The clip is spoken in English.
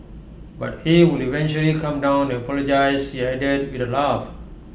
but he would eventually calm down and apologise she added with A laugh